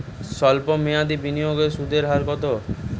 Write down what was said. সল্প মেয়াদি বিনিয়োগে সুদের হার কত?